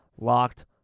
Locked